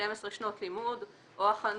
ל-12 שנות לימוד או הכנות